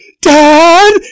Dad